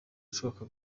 ibishoboka